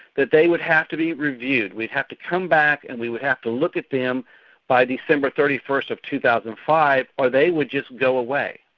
that they would have to be reviewed. we'd have to come back and we would have to look at them by december thirty first of two thousand and five or they would just go away.